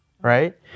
right